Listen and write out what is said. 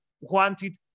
wanted